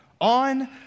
on